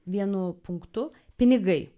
vienu punktu pinigai